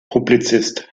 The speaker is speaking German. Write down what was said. publizist